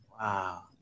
wow